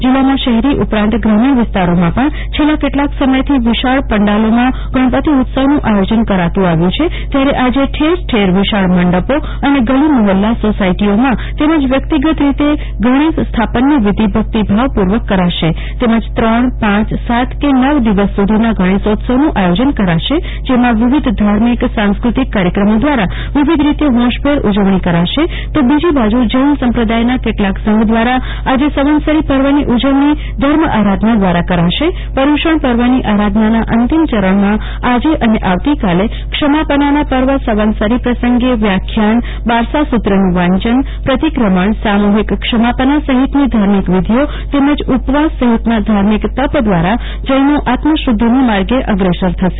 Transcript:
જિલ્લામાં શહેરી ઉપરાંત ગ્રામિણ વિસ્તારોમાં પણ છેલ્લા કેટલાક સમયથી વિશાળ પંડાલોમાં ગણપતિ ઉત્સવનું આયોજન કરાતુ હોય છે ત્યારે આજે ઠેર ઠેર વિશાળ મંડપો અને ગલી મહોલ્લા સોસાયટીઓમાં તેમજ વ્યક્તિગત રીતે ગણેશ સ્થાપનની વિધિ ભક્તિભાવ પુર્વક કરાશે તેમજ ત્રણ પાંચ સાત કે નવ દિવસ સુધીના ગણેશોત્સવનું આયોજ કરાશે જેમા વિવિધ ધાર્મિક સાંસ્કૃતિક કાર્યક્રમો દ્રારા વિવિધ રીતે હોંશભેર ઉજવણી કરાશે તો બીજી બાજુ જૈન સંપ્રદાયના કેટલાક સંઘ દ્રારા આજે સંવત્સરી પર્વની ઉજવણી ધર્મઆરાધનાના અંતિમ ચરણમાં આજે અને આવતીકાલે ક્ષમાપનાના પર્વ સવંત્સરી પ્રસંગે વ્યાખ્યાન બારસા સુત્રનું વાંચન પ્રતિક્રમણસામુહિક ક્ષમાપના સહિતની ધાર્મિક વિધિઓ તેમજ ઉપવાસ સહિતની ધાર્મિક તપ દ્રારા જૈનો આત્મશુધ્ધિના માર્ગે અગ્રેસર થશે